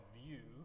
view